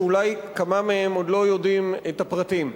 שאולי כמה מהם עוד לא יודעים את הפרטים: